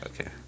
Okay